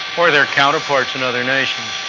or their counterparts in other nations,